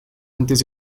antes